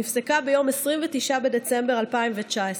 נפסקה ביום 29 בדצמבר 2019,